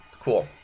cool